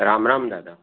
Ram Ram Dada